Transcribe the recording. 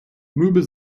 möbel